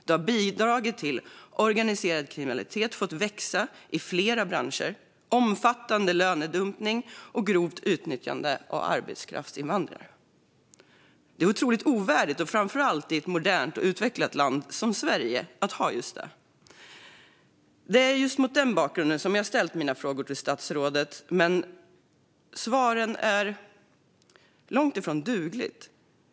Det har bidragit till att organiserad kriminalitet fått växa i flera branscher samt till omfattande lönedumpning och grovt utnyttjande av arbetskraftsinvandrare. Detta är otroligt ovärdigt, framför allt i ett modernt och utvecklat land som Sverige. Det är just mot den bakgrunden som jag har ställt mina frågor till statsrådet. Men svaren är långt ifrån dugliga.